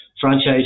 franchise